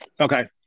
Okay